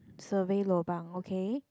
survey lobang okay